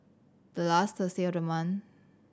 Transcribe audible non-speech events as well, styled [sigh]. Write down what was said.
the last [unintelligible] of the month